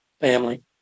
family